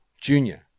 Junior